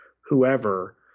whoever